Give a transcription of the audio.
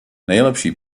nejlepší